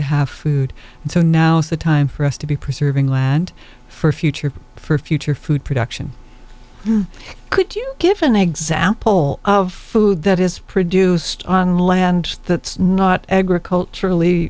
have food and so now's the time for us to be preserving land for future for future food production could you give an example of food that is produced on land that's not agriculturally